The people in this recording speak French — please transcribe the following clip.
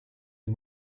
une